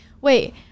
wait